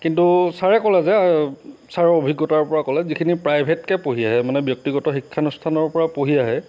কিন্তু ছাৰে ক'লে যে ছাৰৰ অভিজ্ঞতাৰ পৰা ক'লে যে যিখিনি প্ৰাইভেটকৈ পঢ়ি আহে মানে ব্যক্তিগত শিক্ষা অনুষ্ঠানৰ পৰা পঢ়ি আহে